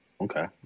okay